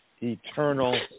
eternal